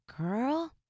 girl